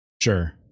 sure